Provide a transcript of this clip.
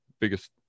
biggest